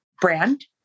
brand